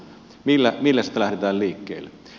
millä sitä lähdetään liikkeelle